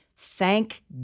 Thank